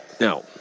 Now